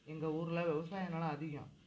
எங்கள் ஊரில் விவசாயம் நிலம் அதிகம்